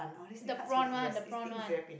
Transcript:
the prawn one the prawn one